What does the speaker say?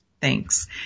Thanks